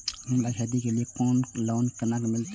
हमरा खेती करे के लिए लोन केना मिलते?